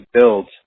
build